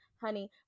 honey